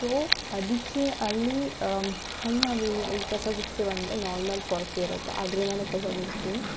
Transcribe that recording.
so ಅದಕ್ಕೆ ಅಲ್ಲಿ ಕಸ ಗುಡ್ಸ್ತೇವೆ ಅಂದರೆ ನಾರ್ಮಲ್ ಪೊರ್ಕೆ ಇರುತ್ತೆ ಅದ್ರಿಂದನೆ ಕಸ ಗುಡ್ಸ್ತೀವಿ